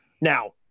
Now